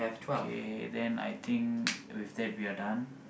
okay then I think with that we are done